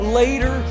later